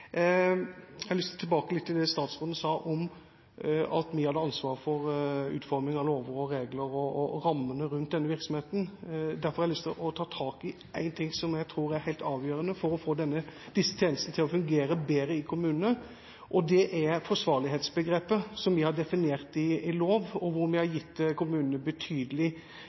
Jeg har lyst til å gå litt tilbake til det statsråden sa om at vi hadde ansvaret for utforming av lover og regler og rammene rundt denne virksomheten, og ta tak i én ting som jeg tror er helt avgjørende for å få disse tjenestene til å fungere bedre i kommunene, og det er forsvarlighetsbegrepet, som vi har definert i lov, og hvor vi har gitt kommunene betydelig